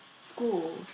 school